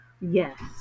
yes